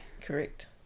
Correct